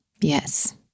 Yes